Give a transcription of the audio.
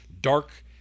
dark